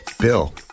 bill